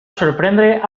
sorprendre